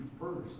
first